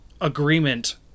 agreement